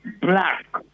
black